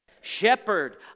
Shepherd